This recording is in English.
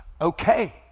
okay